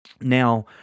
now